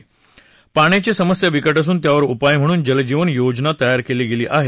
देशात पाण्याची समस्या बिकट असून यावर उपाय म्हणून जलजीवन योजना तयार केली गेली आहे